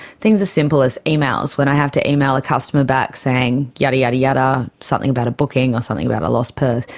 things as simple as emails, when i have to email a customer back saying, yadda yadda yadda, something about a booking or something about a lost purse,